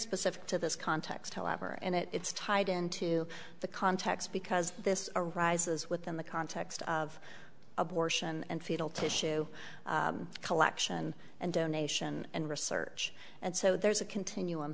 specific to this context however and it's tied into the context because this arises within the context of abortion and fetal tissue collection and donation and research and so there's a continuum